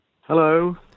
Hello